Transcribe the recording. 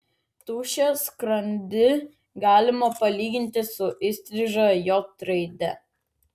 tuščią skrandį galima palyginti su įstriža j raide